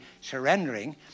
surrendering